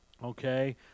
Okay